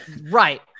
Right